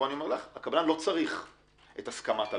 הקבלן לא צריך את הסכמת הלקוח.